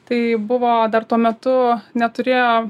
tai buvo dar tuo metu neturėjo